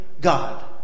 God